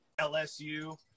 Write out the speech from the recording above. LSU